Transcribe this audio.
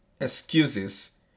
excuses